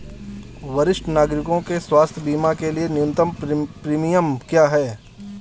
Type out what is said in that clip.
वरिष्ठ नागरिकों के स्वास्थ्य बीमा के लिए न्यूनतम प्रीमियम क्या है?